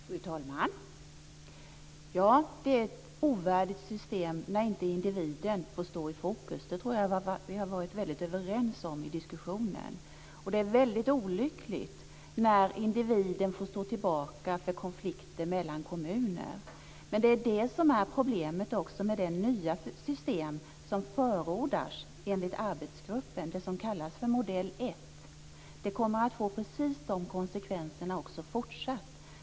Fru talman! Ja, det är ett ovärdigt system när individen inte får stå i fokus. Det har vi varit överens om i diskussionen. Det är väldigt olyckligt när individen får stå tillbaka för konflikter mellan kommuner. Men det är det som är problemet med det nya system som förordas av arbetsgruppen, det system som kallas för modell ett. Det kommer att få precis dessa konsekvenser också fortsättningsvis.